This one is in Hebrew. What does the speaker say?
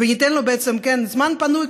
וניתן לו זמן פנוי,